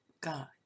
God